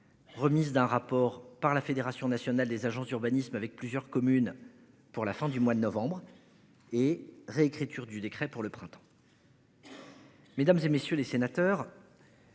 Remise d'un rapport par la Fédération nationale des agents urbanisme avec plusieurs communes. Pour la fin du mois de novembre et réécriture du décret pour le printemps. Mesdames, et messieurs les sénateurs.